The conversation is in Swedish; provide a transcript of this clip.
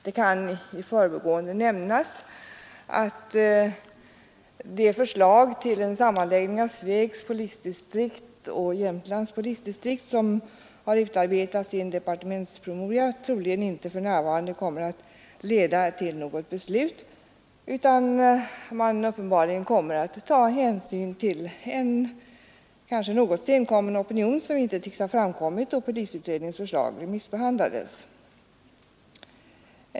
Jag kan i förbigående nämna att det förslag till en sammanläggning av Svegs polisdistrikt och Jämtlands polisdistrikt som har utarbetats i en departementspromemoria för närvarande troligen inte kommer att leda till något beslut. Man kommer uppenbarligen att ta hänsyn till en kanske något senkommen opinion, som inte tycks ha framkommit då polisutredningens förslag remissbehandlades.